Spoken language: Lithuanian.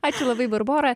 ačiū labai barbora